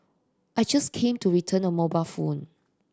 I just came to return a mobile phone